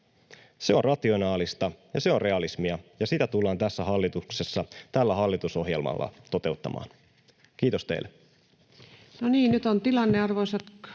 Se on rationaalista ja se on realismia, ja sitä tullaan tässä hallituksessa tällä hallitusohjelmalla toteuttamaan. — Kiitos teille.